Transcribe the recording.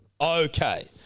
Okay